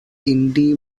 indy